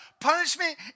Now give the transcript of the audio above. punishment